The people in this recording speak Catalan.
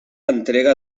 entrega